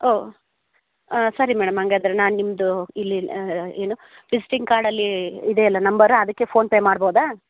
ಓಹ್ ಸರಿ ಮೇಡಮ್ ಹಾಗಾದ್ರೆ ನಾನು ನಿಮ್ಮದು ಇಲ್ಲಿ ಏನು ವಿಸಿಟಿಂಗ್ ಕಾರ್ಡಲ್ಲಿ ಇದೆಯಲ್ಲ ನಂಬರ್ ಅದಕ್ಕೆ ಫೋನ್ಪೇ ಮಾಡ್ಬೋದಾ